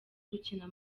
gukina